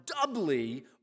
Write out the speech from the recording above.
doubly